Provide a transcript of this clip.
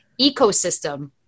ecosystem